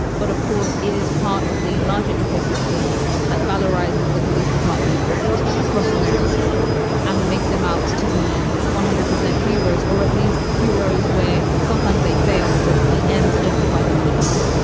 but of course, it is part of the larger ecosystem that valorise is the police departments across america and make them out to be one hundred percent heroes or at least heroes where sometimes they fail. but the ends justify the means,